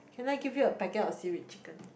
can I give you a packet of seaweed chicken